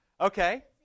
Okay